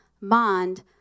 mind